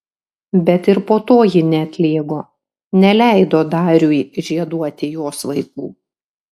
bet ir po to ji neatlėgo neleido dariui žieduoti jos vaikų